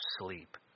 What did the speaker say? sleep